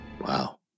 Wow